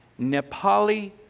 Nepali